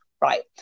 right